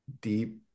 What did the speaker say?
deep